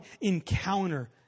encounter